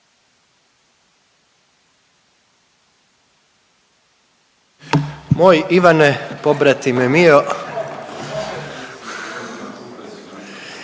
„Moj Ivane pobratime mio“,